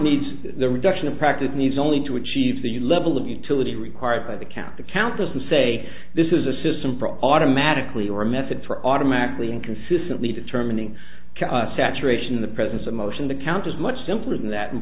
needs the reduction of practive needs only to achieve the level of utility required by the count the count doesn't say this is a system for automatically or a method for automatically inconsistently determining saturation in the presence of motion the count is much simpler than that